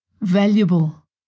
valuable